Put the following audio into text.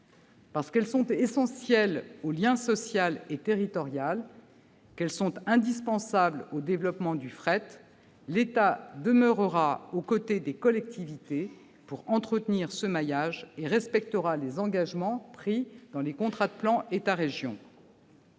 Parce que ces lignes sont essentielles au lien social et territorial, parce qu'elles sont indispensables au développement du fret, l'État demeurera aux côtés des collectivités pour entretenir ce maillage et respectera les engagements pris dans le cadre des contrats de plan État-régions.